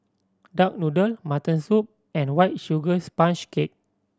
duck noodle mutton soup and White Sugar Sponge Cake